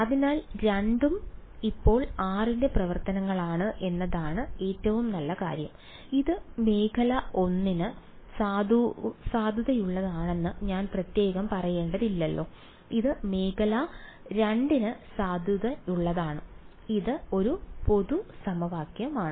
അതിനാൽ രണ്ടും ഇപ്പോൾ r ന്റെ പ്രവർത്തനങ്ങളാണ് എന്നതാണ് ഏറ്റവും നല്ല കാര്യം ഇത് മേഖല 1 ന് സാധുതയുള്ളതാണെന്ന് ഞാൻ പ്രത്യേകം പറയേണ്ടതില്ല ഇത് മേഖല 2 ന് സാധുതയുള്ളതാണ് ഇത് ഒരു പൊതു സമവാക്യമാണ്